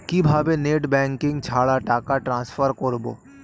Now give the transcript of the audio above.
কিভাবে net banking ছাড়া টাকা টান্সফার করব?